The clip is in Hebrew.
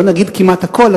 לא נגיד כמעט הכול,